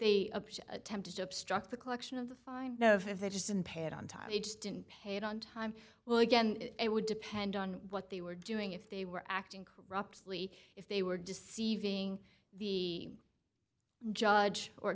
they attempted to obstruct the collection of the fine no if they just didn't pay it on time they just didn't pay it on time well again it would depend on what they were doing if they were acting corruptly if they were deceiving the judge or